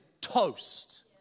toast